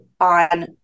on